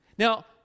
Now